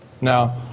Now